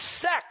sex